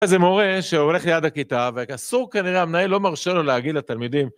היה איזה מורה שהולך ליד הכיתה ואסור כנראה המנהל לא מרשה לו להגיד לתלמידים.